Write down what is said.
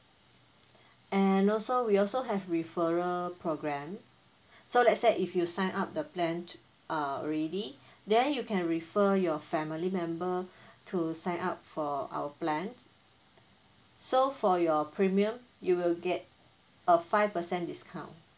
and also we also have referral program so let's say if you sign up the plan uh already then you can refer your family member to sign up for our plan so for your premium you will get a five percent discount